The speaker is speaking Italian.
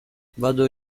vado